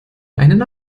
einen